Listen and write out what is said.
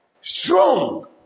Strong